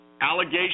allegations